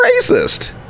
racist